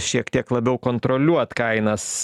šiek tiek labiau kontroliuot kainas